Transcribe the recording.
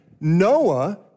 Noah